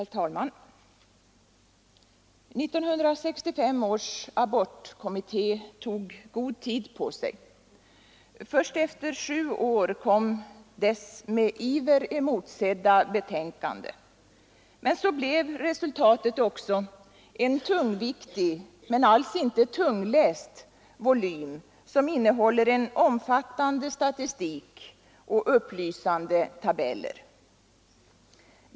Herr talman! 1965 års abortkommitté tog god tid på sig. Först efter sju år kom dess med iver emotsedda betänkande — men så blev resultatet också en tungviktig men alls inte tungläst volym som innehåller en omfattande statistik och upplysande tabeller.